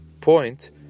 point